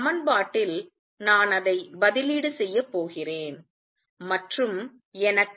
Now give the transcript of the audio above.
சமன்பாட்டில் நான் அதை பதிலீடு செய்யப் போகிறேன் மற்றும் எனக்கு